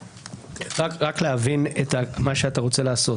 רק להבין את מה שאתה רוצה לעשות.